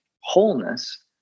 wholeness